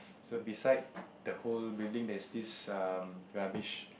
so beside the whole building there's this um rubbish